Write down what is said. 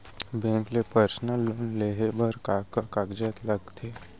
Bank ले personal loan लेये बर का का कागजात ह लगथे?